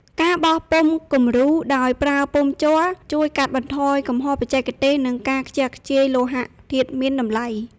ការបោះពុម្ពគំរូដោយប្រើពុម្ពជ័រ ជួយកាត់បន្ថយកំហុសបច្ចេកទេស និងការខ្ជះខ្ជាយលោហៈធាតុមានតម្លៃ។